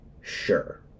sure